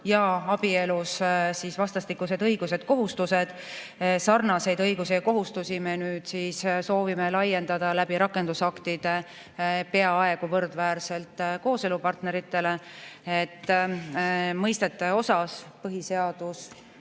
ja abielus vastastikused õigused-kohustused. Sarnaseid õigusi ja kohustusi me nüüd siis soovime rakendusaktide abil laiendada peaaegu võrdväärselt kooselupartneritele. Mõistete osas on põhiseadus